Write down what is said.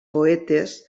poetes